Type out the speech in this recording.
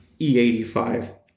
E85